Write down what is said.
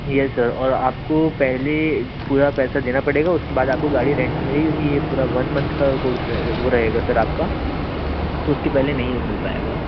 yes sir और आपको पहले पूरा पैसा देना पड़ेगा उसके बाद आपको गाड़ी रेंट में मिलेगी क्योंकि ये पूरा वन मंथ का कोर्स रहे वह रहेगा सर आपका तो उसके पहले नहीं मिल पाएगा